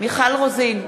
מיכל רוזין,